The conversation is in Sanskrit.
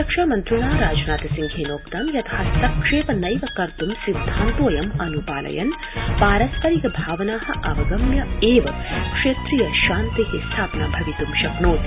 रक्षामन्त्रिणा राजनाथ सिंहेनोक्तं यत् हस्तक्षेप नैव कर्तु सिद्धान्तोऽयम् अनुपालयन् पारस्परिक भावना अवगम्य वि क्षेत्रीय शान्ते स्थापना भवितुं शक्नोति